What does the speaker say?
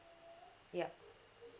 ya